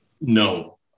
No